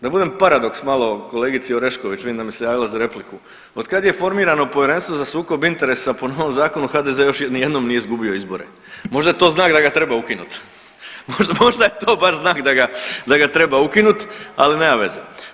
Da budem paradoks malo kolegici Orešković, vidim da mi se javila za repliku, otkad je formirano Povjerenstvo za sukob interesa po novom zakonu HDZ još nijednom nije izgubio izbore, možda je to znak da ga treba ukinut, možda je to baš znak da ga, da ga treba ukinut, al nema veze.